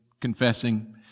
confessing